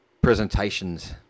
presentations